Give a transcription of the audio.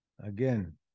Again